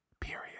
period